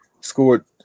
scored